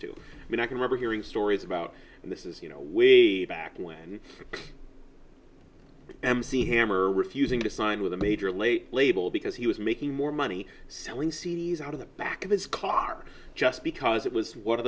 be i can remember hearing stories about and this is you know way back when mc hammer refusing to sign with a major late label because he was making more money selling c d s out of the back of his car just because it was one of